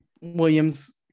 Williams